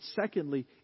secondly